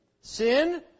sin